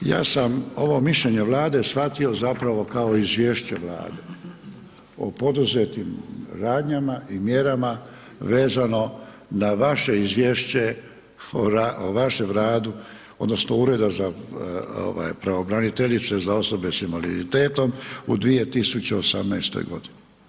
Ja sam ovo mišljenje Vlade shvatio zapravo kao izvješće Vlade o poduzetim radnjama i mjerama vezano na vaše izvješće o vašem radu odnosno Ureda za ovaj pravobraniteljice za osobe s invaliditetom u 2018. godini.